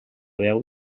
veu